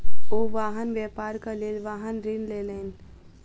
ओ वाहन व्यापारक लेल वाहन ऋण लेलैन